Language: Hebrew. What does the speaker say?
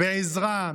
בעזרה,